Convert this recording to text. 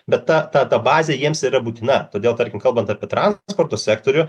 bet ta ta bazė jiems yra būtina todėl tarkim kalbant apie transporto sektorių